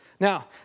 Now